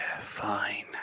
Fine